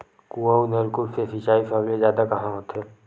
कुआं अउ नलकूप से सिंचाई सबले जादा कहां होथे?